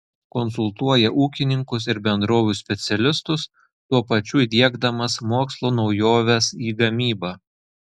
konsultuoja ūkininkus ir bendrovių specialistus tuo pačiu įdiegdamas mokslo naujoves į gamybą